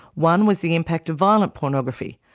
one was the impact of violent pornography,